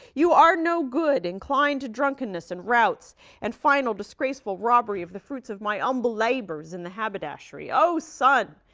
you are no good, inclined to drunkenness and routs and final disgraceful robbery of the fruits of my umble labors in the haberdashery. oh, son.